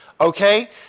Okay